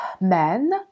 men